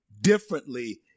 differently